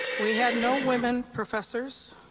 we had no women professors.